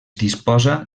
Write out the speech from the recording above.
disposa